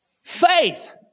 faith